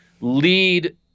lead